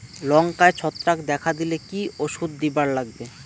লঙ্কায় ছত্রাক দেখা দিলে কি ওষুধ দিবার লাগবে?